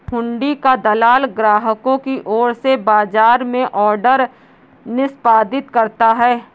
हुंडी का दलाल ग्राहकों की ओर से बाजार में ऑर्डर निष्पादित करता है